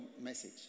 message